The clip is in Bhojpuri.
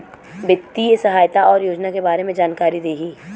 वित्तीय सहायता और योजना के बारे में जानकारी देही?